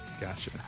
Gotcha